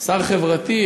שר חברתי,